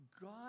God